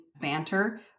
banter